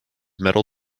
metal